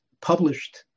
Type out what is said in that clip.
published